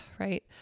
Right